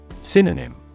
Synonym